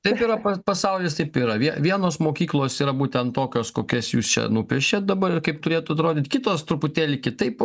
taip yra pa pasaulis taip yra vie vienos mokyklos yra būtent tokios kokias jūs čia nupiešėt dabar ir kaip turėtų atrodyt kitos truputėlį kitaip